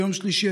ביום שלישי,